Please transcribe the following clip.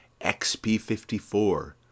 XP-54